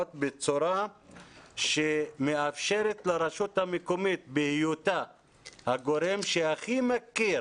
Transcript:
בצורה שמאפשרת לרשות המקומית בהיותה הגורם שהכי מכיר